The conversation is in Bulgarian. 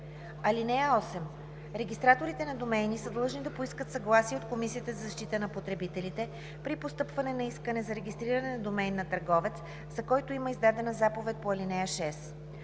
ал. 5. (8) Регистраторите на домейни са длъжни да поискат съгласие от Комисията за защита на потребителите при постъпване на искане за регистриране на домейн на търговец, за който има издадена заповед по ал. 6.